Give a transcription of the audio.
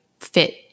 fit